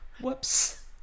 Whoops